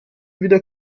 wieder